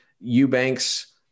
Eubanks